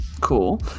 Cool